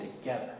together